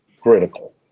critical